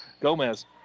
Gomez